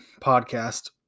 podcast